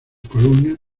columnas